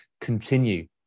continue